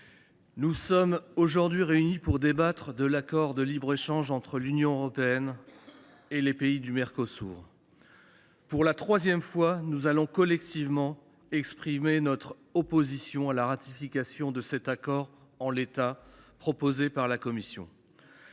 nous sommes aujourd’hui réunis pour débattre de l’accord de libre échange entre l’Union européenne et les pays du Mercosur. Pour la troisième fois, nous allons collectivement exprimer notre opposition à la ratification de cet accord en l’état, proposée par la Commission